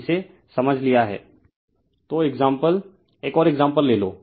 refer slide time 1725 तो example एक और एक्साम्पल ले लो